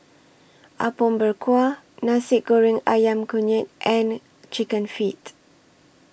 Apom Berkuah Nasi Goreng Ayam Kunyit and Chicken Feet